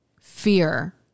fear